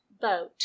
boat